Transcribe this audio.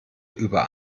über